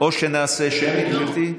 או שנעשה שמית, גברתי?